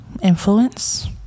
influence